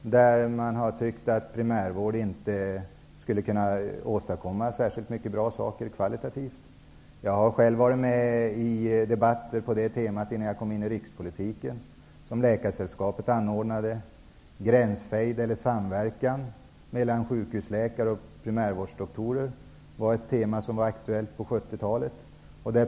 Läkarna har ansett att man inom primärvården kvalitativt sett inte skulle kunna åstadkomma särskilt mycket som var bra. Innan jag kom in i rikspolitiken har jag själv deltagit i debatter med det temat, som Läkaresällskapet anordnade. Gränsfejd eller samverkan mellan sjukhusläkare och primärvårdsdoktorer var ett tema som var aktuellt under 70-talet.